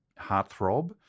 heartthrob